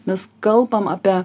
mes kalbam apie